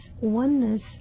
oneness